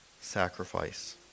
sacrifice